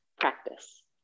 practice